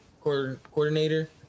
coordinator